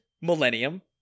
Millennium